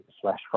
slash